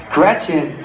Gretchen